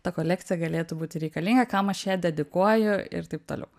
ta kolekcija galėtų būti reikalinga kam aš ją dedikuoju ir taip toliau